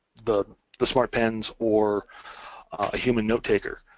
the the smartpens or a human notetaker,